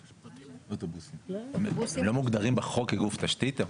לא מוגדרים בחוק כגוף תשתית.